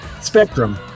Spectrum